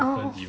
orh